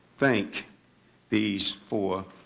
thank these four